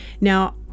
Now